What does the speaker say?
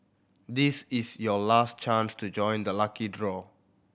this is your last chance to join the lucky draw